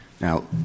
Now